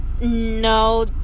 No